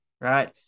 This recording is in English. right